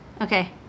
Okay